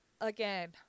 again